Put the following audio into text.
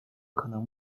可能